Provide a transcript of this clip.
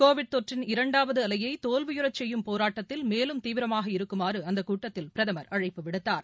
Covid தொற்றின் இரண்டாவது அலையை தோல்வியுறச் செய்யும் போராட்டத்தில் மேலும் தீவிரமாக இருக்குமாறு அந்த கூட்டத்தில் பிரதமர் அழைப்பு விடுத்தார்